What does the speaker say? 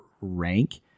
rank